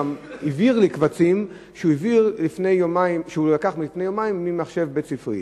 קבצים שהוא לקח לפני יומיים ממחשב בית-ספרי.